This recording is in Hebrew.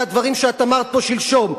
אחרי הדברים שאת אמרת פה שלשום.